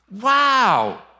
Wow